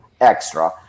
extra